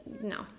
no